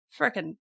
freaking